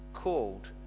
called